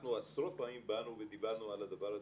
אנחנו, עת הבאנו את המענה שלנו לטיוטת